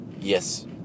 yes